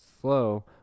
slow